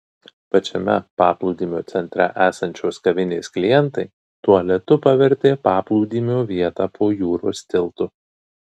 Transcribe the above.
pačiame paplūdimio centre esančios kavinės klientai tualetu pavertė paplūdimio vietą po jūros tiltu